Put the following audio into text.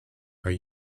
are